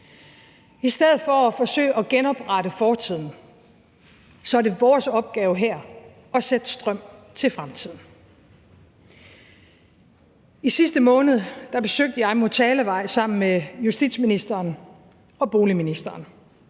I stedet for at forsøge at genoprette fortiden er det vores opgave her at sætte strøm til fremtiden. Kl. 12:20 I sidste måned besøgte jeg Motalavej sammen med justitsministeren og boligministeren.